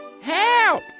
Help